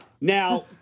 Now